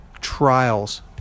trials